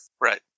Right